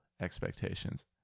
expectations